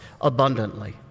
abundantly